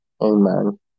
Amen